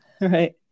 Right